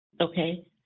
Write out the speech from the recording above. Okay